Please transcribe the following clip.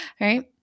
right